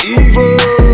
evil